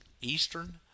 Eastern